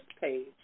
page